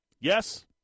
Yes